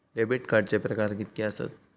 Debit कार्डचे प्रकार कीतके आसत?